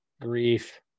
Grief